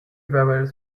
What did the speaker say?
barrels